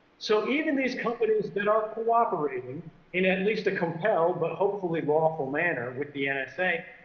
so even these companies that are cooperating in at least a compelled but hopefully lawful manner with the and